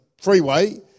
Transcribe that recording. freeway